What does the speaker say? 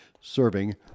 serving